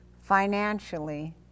financially